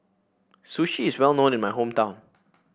sushi is well known in my hometown